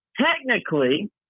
technically